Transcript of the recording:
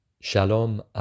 Shalom